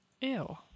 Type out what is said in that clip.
ew